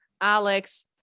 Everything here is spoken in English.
Alex